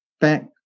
back